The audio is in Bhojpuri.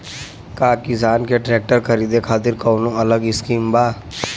का किसान के ट्रैक्टर खरीदे खातिर कौनो अलग स्किम बा?